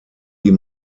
die